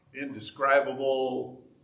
indescribable